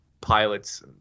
pilots